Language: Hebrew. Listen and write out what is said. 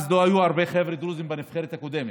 אז לא היו הרבה חבר'ה דרוזים, בנבחרת הקודמת.